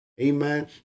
amen